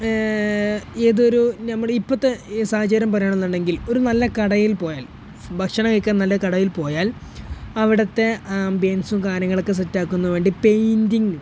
ഏതൊരു നമ്മുടെ ഇപ്പോഴത്തെ ഈ സാഹചര്യം പറയുകയാണെന്നുണ്ടെങ്കിൽ ഒരു നല്ല കടയിൽപ്പോയാൽ ഭക്ഷണം കഴക്കാൻ നല്ല കടയിൽപ്പോയാൽ അവിടുത്തെ ആംബിയൻസും കാര്യങ്ങളൊക്കെ സെറ്റാക്കുന്നതിനുവേണ്ടി പെയിൻ്റിങ്ങ്